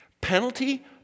Penalty